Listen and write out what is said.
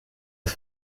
das